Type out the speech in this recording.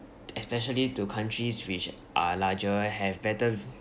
especially to countries which are larger have better